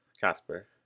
Casper